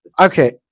Okay